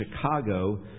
Chicago